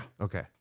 Okay